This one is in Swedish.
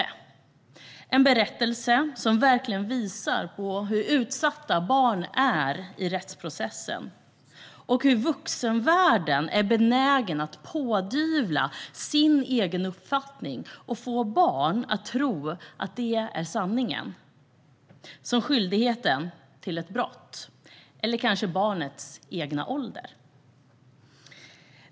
Det är en berättelse som verkligen visar på hur utsatta barn är i rättsprocessen och hur benägen vuxenvärlden är att pådyvla barn sin egen uppfattning och få barn att tro att den är sanningen - skyldighet till ett brott, till exempel, eller kanske barnets egen ålder.